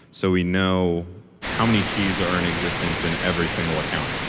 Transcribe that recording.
so we know how many keys are in existence in every single account.